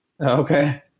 Okay